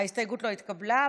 ההסתייגות לא התקבלה,